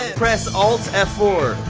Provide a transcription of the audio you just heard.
press alt f four.